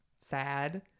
sad